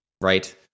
right